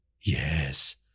Yes